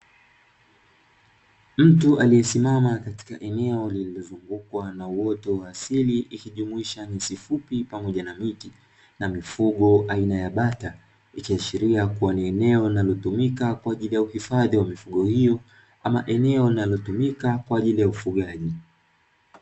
Mtu aliyesimama katika eneo lililozungukwa na uoto wa asili ikijumuisha miti pamoja na nyasi fupi na mifugo aina ya bata, ikiashiria ni eneo linalotumika kwa ajili ya uhifadhi wa mifugo hiyo au eneo linalotumika kwa ajili ya ufugaji.